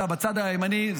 אתה בצד הימני לעומד כאן,